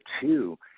two